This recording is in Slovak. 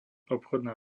obchodná